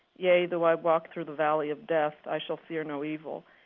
yea, though i walk through the valley of death, i shall fear no evil.